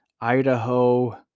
Idaho